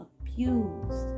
abused